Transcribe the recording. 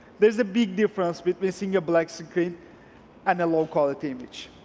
there's a big difference between seeing a blank screen and a low quality image.